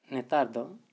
ᱱᱮᱛᱟᱨ ᱫᱚ